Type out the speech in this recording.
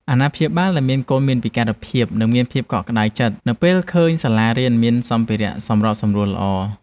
អាណាព្យាបាលដែលមានកូនមានពិការភាពនឹងមានភាពកក់ក្តៅចិត្ត នៅពេលឃើញសាលារៀនមានសម្ភារៈសម្របសម្រួលល្អ។